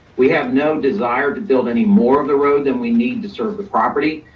we have no desire to build any more of the road than we need to serve the property.